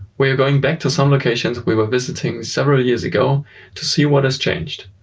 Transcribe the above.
we are going back to some locations we were visiting several years ago to see what has changed.